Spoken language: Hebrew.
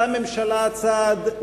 עשתה הממשלה צעד,